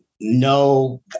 no